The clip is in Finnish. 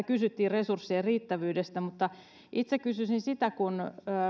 kysyttiin resurssien riittävyydestä mutta itse kysyisin sitä että kun